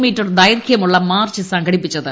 metre ദൈർഘ്യമുള്ള march സംഘടിപ്പിച്ചത്